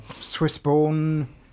Swiss-born